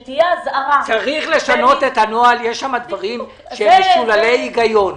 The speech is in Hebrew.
יש שם דברים משוללי היגיון.